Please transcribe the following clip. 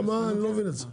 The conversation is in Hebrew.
אני לא מבין את זה.